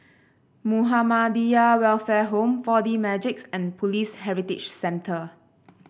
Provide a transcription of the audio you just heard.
Muhammadiyah Welfare Home Four D Magix and Police Heritage Centre